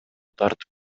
тартып